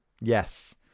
Yes